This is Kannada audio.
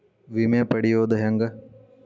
ವಿಮೆ ಪಡಿಯೋದ ಹೆಂಗ್?